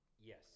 Yes